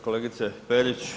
Kolegice Perić.